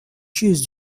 jews